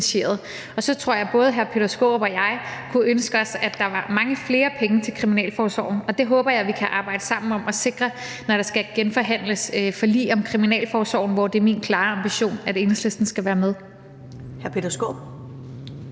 Og så tror jeg, at både hr. Peter Skaarup og jeg kunne ønske os, at der var mange flere penge til Kriminalforsorgen. Det håber jeg vi kan arbejde sammen om at sikre, når der skal genforhandles et forlig om Kriminalforsorgen, hvor det er min klare ambition, at Enhedslisten skal være med.